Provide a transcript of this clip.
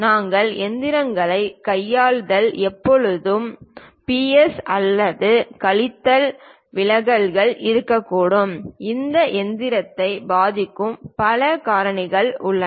நாங்கள் இயந்திரங்களைக் கையாள்வதால் எப்போதும் பிளஸ் அல்லது கழித்தல் விலகல்கள் இருக்கக்கூடும் இந்த இயந்திரத்தை பாதிக்கும் பல காரணிகள் உள்ளன